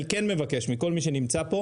אני כן מבקש מכל מי שנמצא פה,